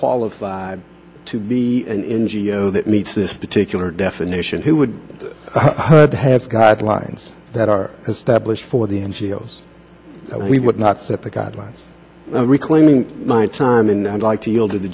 qualified to be in geo that meets this particular definition he would have guidelines that are established for the n g o s we would not set the guidelines reclaiming my time and i'd like to yield to the